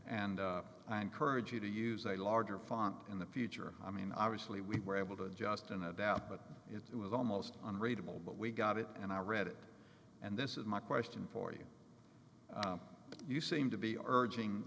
and i encourage you to use a larger font in the future i mean obviously we were able to adjust and adapt but it was almost unreadable but we got it and i read it and this is my question for you but you seem to be urging